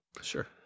Sure